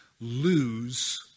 lose